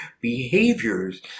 behaviors